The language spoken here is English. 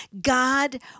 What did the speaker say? God